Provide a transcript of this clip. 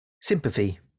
sympathy